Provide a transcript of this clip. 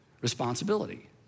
responsibility